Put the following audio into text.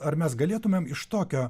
ar mes galėtumėm iš tokio